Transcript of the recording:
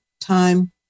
time